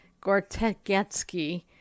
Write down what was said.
Gortegetsky